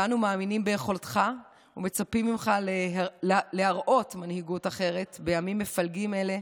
ואנו מאמינים ביכולתך ומצפים ממך להראות מנהיגות אחרת בימים מפלגים אלה,